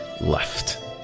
left